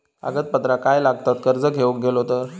कागदपत्रा काय लागतत कर्ज घेऊक गेलो तर?